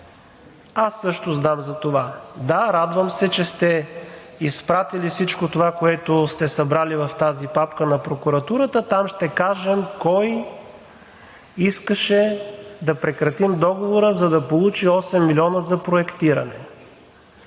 аз също знам за това. Да, радвам се, че сте изпратили всичко това, което сте събрали в тази папка, на прокуратурата. Там ще кажат кой искаше да прекратим договора, за да получи 8 милиона за проектиране.